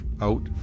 out